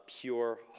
pure